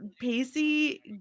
pacey